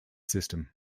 system